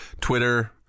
Twitter